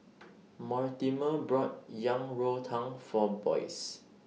Mortimer brought Yang Rou Tang For Boyce